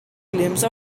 glimpse